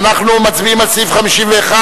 אנחנו מצביעים על סעיף 51,